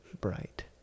bright